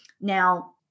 Now